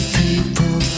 people